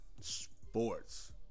Sports